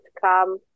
come